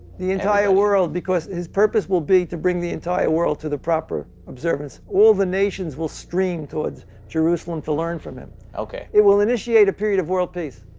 the entire world because his purpose will be to bring the entire world to the proper observance. all the nations will stream toward jerusalem to learn from him. it will initiate a period of world peace.